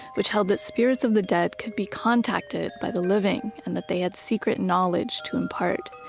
which held that spirits of the dead could be contacted by the living and that they had secret knowledge to impart.